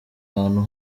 hantu